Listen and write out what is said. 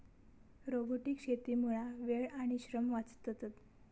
robotic शेतीमुळा वेळ आणि श्रम वाचतत